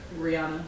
Rihanna